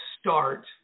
start